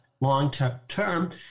long-term